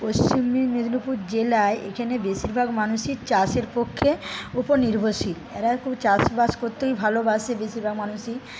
পশ্চিম মেদিনীপুর জেলায় এখানে বেশিরভাগ মানুষই চাষের পক্ষে উপর নির্ভরশীল এরা খুব চাষবাস করতেই ভালোবাসে বেশিরভাগ মানুষই